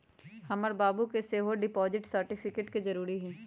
हमर बाबू के सेहो डिपॉजिट सर्टिफिकेट के जरूरी हइ